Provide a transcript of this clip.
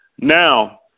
Now